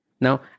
Now